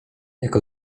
jak